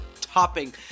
Topping